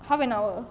half an hour